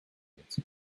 pits